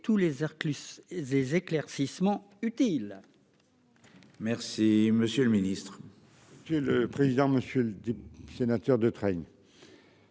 clusse et éclaircissements utiles. Merci, monsieur le Ministre. Monsieur le président, monsieur le sénateur, de train.